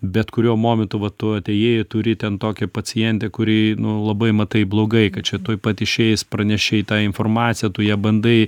bet kuriuo momentu va tu atėjai turi ten tokią pacientę kuri labai matai blogai kad čia tuoj pat išeis pranešei tą informaciją tu ją bandai